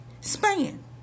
span